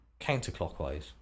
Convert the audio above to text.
counterclockwise